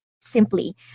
simply